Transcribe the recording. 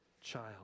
child